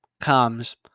comes